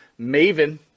Maven